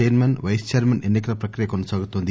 చైర్మస్ vice chairmans ఎన్ని కల ప్రక్రియ కొనసాగుతోంది